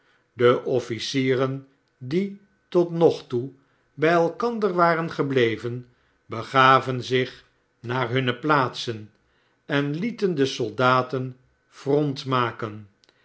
ide officieren die tot nog toe bij elkander waren gebleven begaven zich naar hunne plaatsen en lieten de soldaten front maken